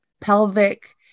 pelvic